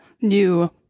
new